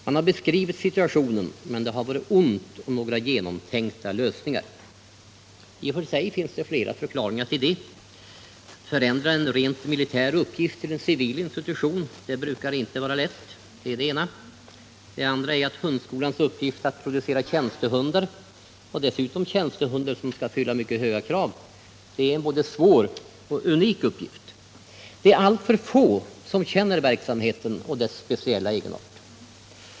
Man har beskrivit situationen, men det har varit ont om genomtänkta lösningar. I och för sig finns det flera förklaringar till detta. Att förändra en rent militär uppgift till en civil institution brukar inte vara lätt, det är det ena. Det andra är att hundskolans uppgift att producera tjänstehundar, och dessutom tjänstehundar som skall fylla mycket höga krav, är en både svår och unik uppgift. Alltför få känner verksamheten och dess speciella egenart.